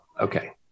Okay